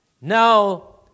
now